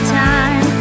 time